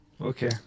Okay